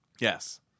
yes